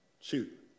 Shoot